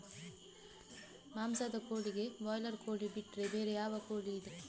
ಮಾಂಸದ ಕೋಳಿಗೆ ಬ್ರಾಲರ್ ಕೋಳಿ ಬಿಟ್ರೆ ಬೇರೆ ಯಾವ ಕೋಳಿಯಿದೆ?